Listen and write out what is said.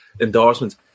endorsements